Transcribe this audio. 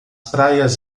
praias